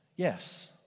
Yes